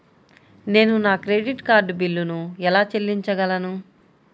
నేను నా credit card బిల్లును ఎలా చెల్లించగలను?